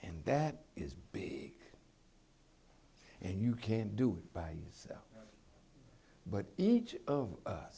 and that is b and you can do it by yourself but each of u